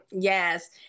yes